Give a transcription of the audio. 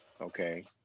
okay